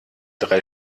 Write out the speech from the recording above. drei